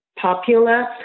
popular